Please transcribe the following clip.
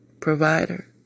provider